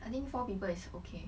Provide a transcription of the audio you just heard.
I think four people is okay